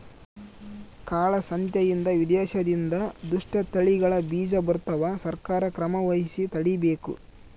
ಕಾಳ ಸಂತೆಯಿಂದ ವಿದೇಶದಿಂದ ದುಷ್ಟ ತಳಿಗಳ ಬೀಜ ಬರ್ತವ ಸರ್ಕಾರ ಕ್ರಮವಹಿಸಿ ತಡೀಬೇಕು